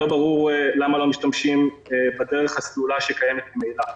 לא ברור למה לא משתמשים בדרך הסלולה שקיימת ממילא.